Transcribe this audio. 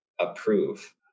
approve